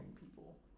people